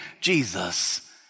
Jesus